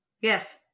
yes